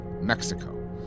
Mexico